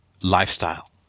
lifestyle